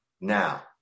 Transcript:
Now